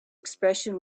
expression